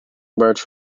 emerge